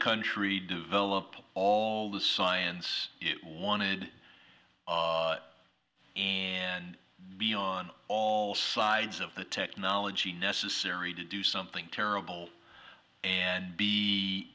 country develop all the science you wanted and be on all sides of the technology necessary to do something terrible and